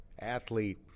athlete